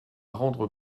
rendre